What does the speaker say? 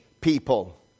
people